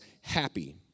happy